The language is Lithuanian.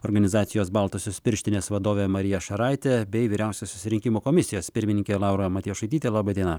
organizacijos baltosios pirštinės vadovė marija šaraitė bei vyriausiosios rinkimų komisijos pirmininkė laura matjošaitytė laba diena